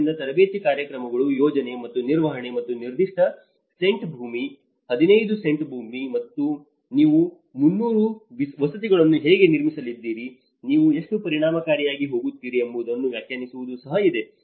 ಆದ್ದರಿಂದ ತರಬೇತಿ ಕಾರ್ಯಕ್ರಮಗಳು ಯೋಜನೆ ಮತ್ತು ನಿರ್ವಹಣೆ ಮತ್ತು ನಿರ್ದಿಷ್ಟ ಸೆಂಟ್ ಭೂಮಿ 15 ಸೆಂಟ್ಸ್ ಭೂಮಿ ನೀವು 300 ವಸತಿಗಳನ್ನು ಹೇಗೆ ನಿರ್ಮಿಸಲಿದ್ದೀರಿ ನೀವು ಎಷ್ಟು ಪರಿಣಾಮಕಾರಿಯಾಗಿ ಹೋಗುತ್ತೀರಿ ಎಂಬುದನ್ನು ವ್ಯಾಖ್ಯಾನಿಸುವುದು ಸಹ ಇದೆ